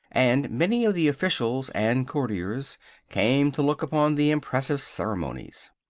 and many of the officials and courtiers came to look upon the impressive ceremonies.